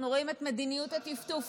אנחנו רואים את מדיניות הטפטופים,